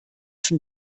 schon